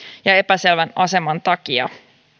ja epäselvän aseman takia